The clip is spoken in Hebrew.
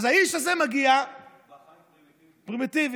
אז האיש הזה מגיע, בית מטבחיים פרימיטיבי.